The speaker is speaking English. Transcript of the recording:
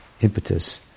impetus